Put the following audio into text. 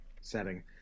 setting